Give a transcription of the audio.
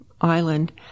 Island